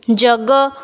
ଯୋଗ